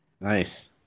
Nice